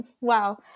Wow